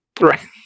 Right